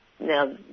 Now